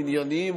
ענייניים,